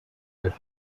have